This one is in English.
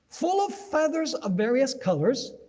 full of feathers of various colors,